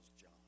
John